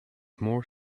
more